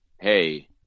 Hey